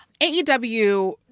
AEW